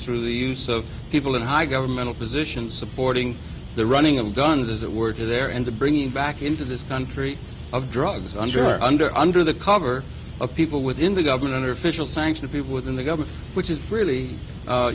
through the use of people in high governmental positions supporting the running of guns as it were there and bringing back into this country of drugs under under under the cover of people within the government official sanction people within the government which is really